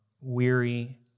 weary